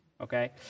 okay